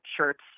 shirts